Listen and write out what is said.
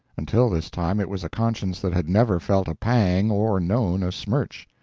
until this time it was a conscience that had never felt a pang or known a smirch.